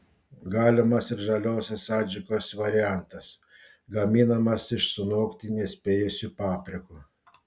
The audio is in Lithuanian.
galimas ir žaliosios adžikos variantas gaminamas iš sunokti nespėjusių paprikų